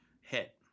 hit